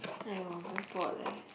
!aiyo! very bored leh